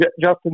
Justin